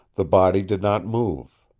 the body did not move.